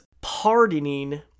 pardoning